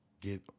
get